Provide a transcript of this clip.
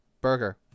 Burger